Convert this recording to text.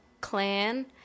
clan